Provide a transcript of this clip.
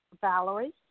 Valerie